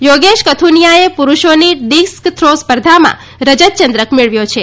યોગેશ કથુનીયાએ પુરૂષોની discus throw સ્પર્ધામાં રજત ચંદ્રક મેળવ્યો છે